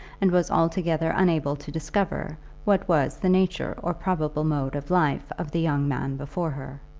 and was altogether unable to discover what was the nature or probable mode of life of the young man before her.